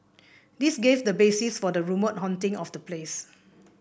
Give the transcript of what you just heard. this gave the basis for the rumoured haunting of the place